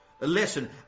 listen